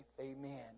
Amen